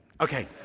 Okay